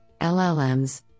LLMs